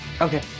Okay